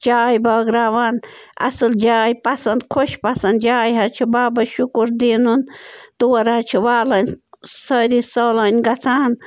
چاے بٲگٕراوان اصٕل جاے پسنٛد خۄش پسنٛد جاے حظ چھِ بابا شُکُر دیٖنُن تور حظ چھِ والانۍ سٲری سٲلٲنۍ گژھان